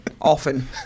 often